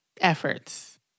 efforts